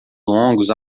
longos